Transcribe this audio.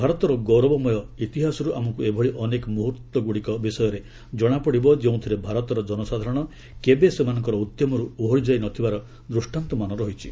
ଭାରତର ଗୌରବମୟ ଇତିହାସରୁ ଆମକୁ ଏଭଳି ଅନେକ ମୁହ୍ର୍ତ୍ତଗୁଡ଼ିକ ବିଷୟରେ ଜଣାପଡ଼ିବ ଯେଉଁଥିରେ ଭାରତର ଜନସାଧାରଣ କେବେ ସେମାନଙ୍କର ଉଦ୍ୟମର୍ ଓହରି ଯାଇ ନ ଥିବାର ଦୂଷ୍କାନ୍ତମାନ ରହିଛି